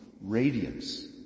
radiance